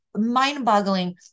mind-boggling